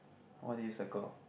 what did you circle